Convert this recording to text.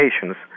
patients